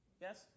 Yes